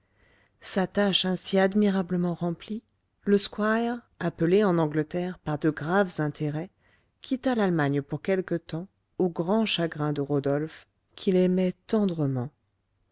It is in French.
sa tâche ainsi admirablement remplie le squire appelé en angleterre par de graves intérêts quitta l'allemagne pour quelque temps au grand chagrin de rodolphe qui l'aimait tendrement